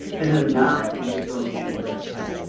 this is not an informational website,